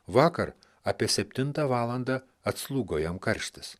vakar apie septintą valandą atslūgo jam karštis